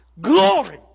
Glory